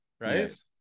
right